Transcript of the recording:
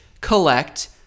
collect